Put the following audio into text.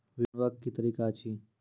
विवरण जानवाक की तरीका अछि?